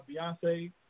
Beyonce